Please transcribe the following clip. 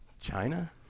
China